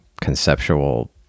conceptual